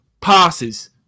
Passes